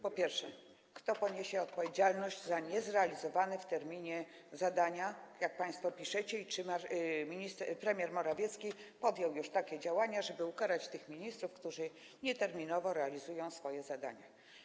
Po pierwsze: Kto poniesie odpowiedzialność za niezrealizowane w terminie zadania, jak państwo piszecie, i czy premier Morawiecki podjął już takie działania, żeby ukarać tych ministrów, którzy nieterminowo realizują swoje zadania?